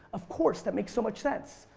of course that makes so much sense.